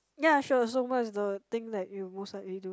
ya sure so what is the thing that you most likely do